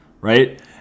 right